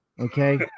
okay